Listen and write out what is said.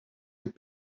les